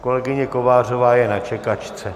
Kolegyně Kovářová je na čekačce.